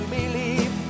believe